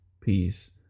peace